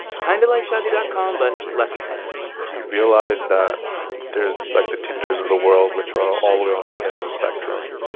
kind of like shaadi dot com but less intense we realized that there's, like, the tinders of the world which are all the way on one end of the spectrum.